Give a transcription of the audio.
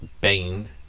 Bane